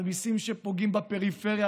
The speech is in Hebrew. על מיסים שפוגעים בפריפריה,